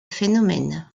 phénomène